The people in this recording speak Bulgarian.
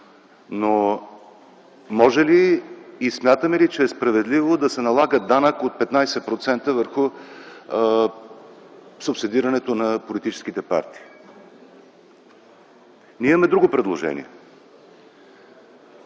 Но, може ли и смятаме ли, че е справедливо да се налага данък от 15% върху субсидирането на политическите партии? Ние имаме друго предложение.